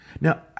Now